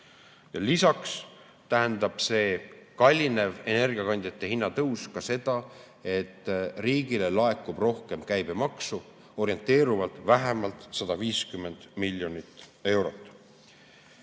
Lisaks tähendab energiakandjate hinna tõus ka seda, et riigile laekub rohkem käibemaksu, orienteeruvalt vähemalt 150 miljonit